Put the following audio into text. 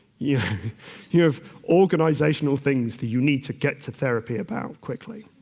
you you have organisational things that you need to get to therapy about quickly.